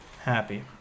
Happy